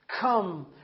Come